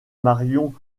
marion